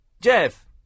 Jeff